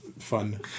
Fun